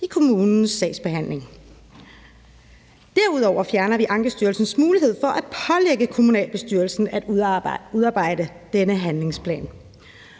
i kommunens sagsbehandling. Derudover fjerner vi Ankestyrelsens mulighed for at pålægge kommunalbestyrelsen at udarbejde denne handlingsplan.